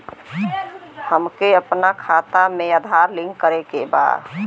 हमके अपना खाता में आधार लिंक करें के बा?